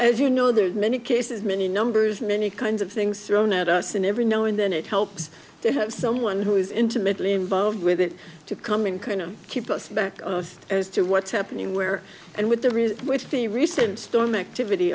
as you know there are many cases many numbers many kinds of things thrown at us and every now and then it helps to have someone who is intimately involved with it to come in kind of keep us back as to what's happening where and with the reasons which the recent storm activity